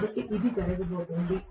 కాబట్టి ఇది జరగబోతోంది